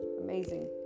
amazing